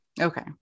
Okay